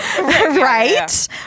right